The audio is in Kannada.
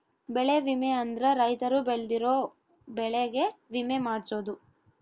ಬೆಳೆ ವಿಮೆ ಅಂದ್ರ ರೈತರು ಬೆಳ್ದಿರೋ ಬೆಳೆ ಗೆ ವಿಮೆ ಮಾಡ್ಸೊದು